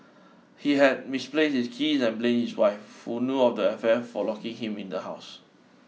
he had misplaced his keys and blamed his wife who know of the affair for locking him in the house